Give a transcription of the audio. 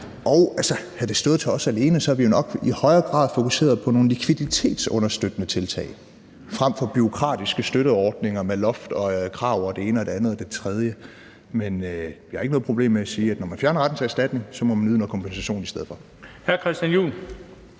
fast. Havde det stået til os alene, havde vi jo nok i højere grad fokuseret på nogle likviditetsunderstøttende tiltag frem for bureaukratiske støtteordninger med loft og krav og det ene og det andet og det tredje. Men jeg har ikke noget problem med at sige, at når man fjerner retten til erstatning, må man yde noget kompensation i stedet for. Kl. 19:39 Den fg.